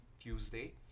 Tuesday